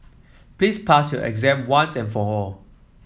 please pass your exam once and for all